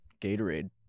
Gatorade